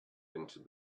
into